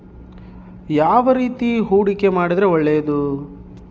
ಯಾವ ರೇತಿ ಹೂಡಿಕೆ ಮಾಡಿದ್ರೆ ಒಳ್ಳೆಯದು?